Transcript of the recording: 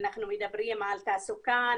אנחנו מדברים על תעסוקה,